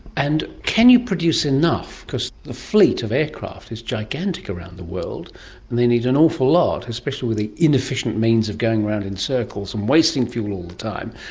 and can you produce enough? because the fleet of aircraft is gigantic around the world, and they need an awful lot, especially with the inefficient means of going round in circles and wasting fuel all the time,